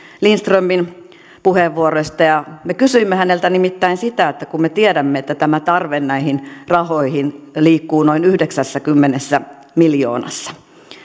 lindströmin puheenvuoroista me kysyimme häneltä nimittäin sitä kun me tiedämme että tämä tarve näihin rahoihin liikkuu noin yhdeksässäkymmenessä miljoonassa